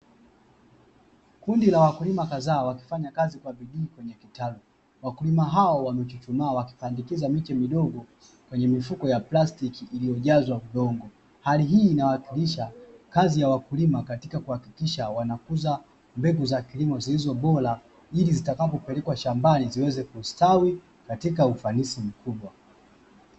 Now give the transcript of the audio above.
Kundi la wakulima kadhaa wakifanya kazi kwa bidii kwenye kitalu wakulima hao wamechuchumaa, wakipandikiza miche midogo kwa mifuko ya plastiki iliyojazwa udongo, hali hii inawakilisha kazi ya wakulima kuhakikisha wanakuza mbegu za kilimo, zilizo bora ilizitakapopelekwa shambani ziwezekustawi katika ufanisi mkubwa.